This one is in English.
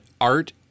art